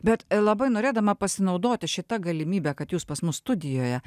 bet e labai norėdama pasinaudoti šita galimybe kad jūs pas mus studijoje